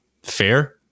fair